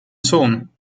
sohn